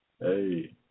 Hey